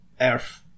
Earth